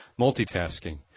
multitasking